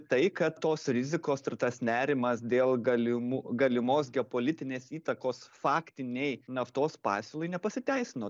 tai kad tos rizikos ir tas nerimas dėl galimų galimos geopolitinės įtakos faktinei naftos pasiūlai nepasiteisino